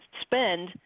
spend